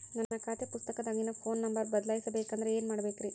ನನ್ನ ಖಾತೆ ಪುಸ್ತಕದಾಗಿನ ಫೋನ್ ನಂಬರ್ ಬದಲಾಯಿಸ ಬೇಕಂದ್ರ ಏನ್ ಮಾಡ ಬೇಕ್ರಿ?